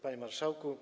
Panie Marszałku!